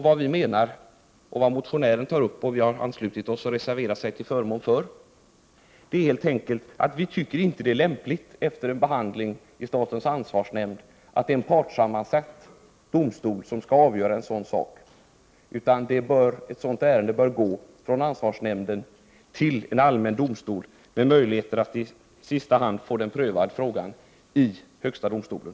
Vi menar att det inte är lämpligt att en partssammansatt domstol skall avgöra ett sådant ärende efter behandling i statens ansvarsnämnd. Ett sådant ärende bör gå från ansvarsnämnden till allmän domstol, med möjlighet att i sista hand få frågan prövad i högsta domstolen.